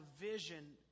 vision